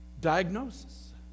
diagnosis